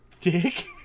Dick